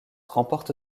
remporte